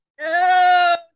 No